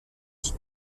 qui